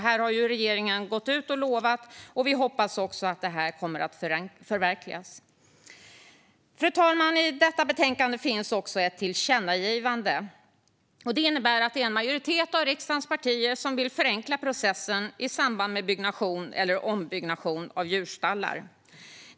Här har regeringen utfärdat löften, och vi hoppas också att de kommer att förverkligas. Fru talman! I detta betänkande finns också ett tillkännagivande. Det innebär att en majoritet av riksdagens partier vill förenkla processen i samband med byggnation eller ombyggnation av djurstallar.